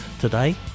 today